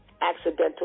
accidental